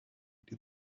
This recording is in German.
die